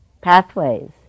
Pathways